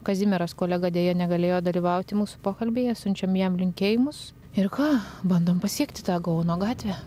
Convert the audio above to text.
kazimieras kolega deja negalėjo dalyvauti mūsų pokalbyje siunčiam jam linkėjimus ir ką bandom pasiekti tą gaono gatvę